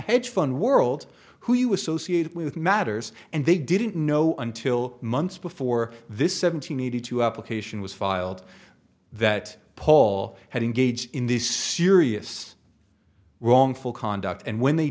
hedge fund world who you associate with matters and they didn't know until months before this seventy needed to application was filed that paul had engaged in these serious wrongful conduct and when they